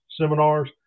seminars